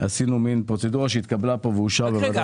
עשינו מעין פרוצדורה שהתקבלה כאן ואושרה בוועדת הכספים.